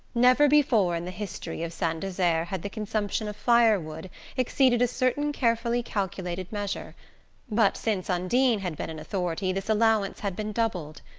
never before in the history of saint desert had the consumption of firewood exceeded a certain carefully-calculated measure but since undine had been in authority this allowance had been doubled.